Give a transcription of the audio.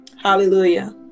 Hallelujah